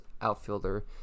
outfielder